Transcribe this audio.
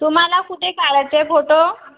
तुम्हाला कुठे काढायचे आहे फोटो